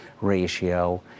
ratio